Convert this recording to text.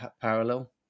parallel